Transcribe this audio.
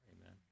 Amen